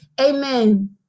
amen